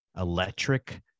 electric